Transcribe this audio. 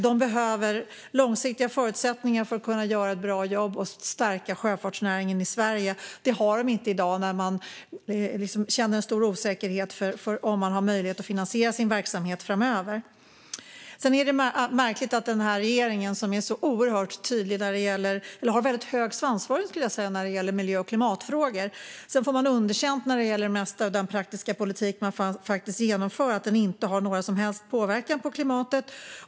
De behöver långsiktiga förutsättningar för att kunna göra ett bra jobb och stärka sjöfartsnäringen i Sverige. Det har de inte i dag, då de känner en stor osäkerhet om de har möjlighet att finansiera sin verksamhet framöver. Sedan är det märkligt att regeringen, som har väldigt hög svansföring när det gäller miljö och klimatfrågor, får underkänt när det gäller det mesta av den praktiska politik man faktiskt genomför för att den inte har någon som helst påverkan på klimatet.